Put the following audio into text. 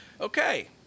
Okay